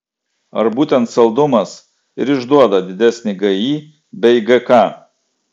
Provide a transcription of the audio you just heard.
ar būtent saldumas ir išduoda didesnį gi bei gk